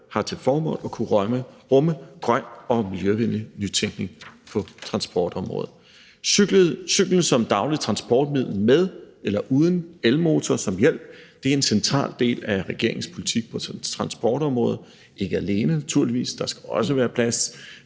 har til formål at kunne rumme grøn og miljøvenlig nytænkning på transportområdet. Cyklen som dagligt transportmiddel med eller uden elmotor som hjælp er en central del af regeringens politik på transportområdet. Det står ikke alene, naturligvis; der skal også være plads